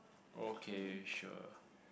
okay sure